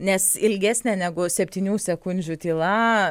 nes ilgesnė negu septynių sekundžių tyla